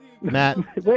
Matt